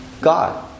God